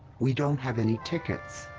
we don't have any tickets.